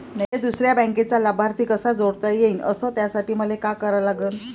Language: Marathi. मले दुसऱ्या बँकेचा लाभार्थी कसा जोडता येईन, अस त्यासाठी मले का करा लागन?